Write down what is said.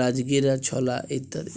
রাজগীরা, ছলা ইত্যাদি